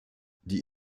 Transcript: die